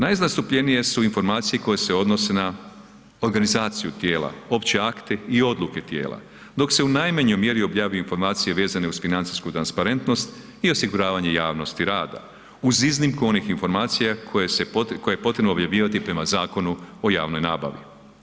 Najzastupljenije su informacije koje se odnose na organizaciju tijela, opće akte i odluke tijela, dok se u najmanjoj mjeri objavljuju informacije vezane uz financijsku transparentnost i osiguravanje javnosti rada uz iznimku onih informacija koje je potrebno objavljivati prema Zakonu o javnoj nabavi.